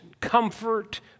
comfort